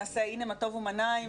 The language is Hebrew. נעשה הנה מה טוב ומה נעים,